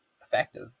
effective